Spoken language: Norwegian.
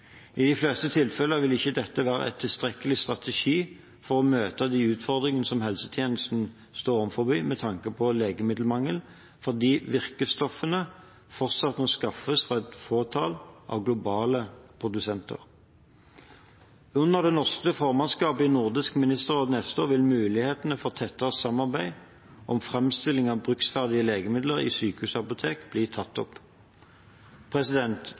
I de fleste tilfeller vil ikke dette være en tilstrekkelig strategi for å møte de utfordringene som helsetjenesten står overfor med tanke på legemiddelmangel, fordi virkestoffene fortsatt må skaffes fra et fåtall globale produsenter. Under det norske formannskapet i Nordisk ministerråd neste år vil muligheten for tettere samarbeid om framstilling av bruksferdige legemidler i sykehusapotek bli tatt opp.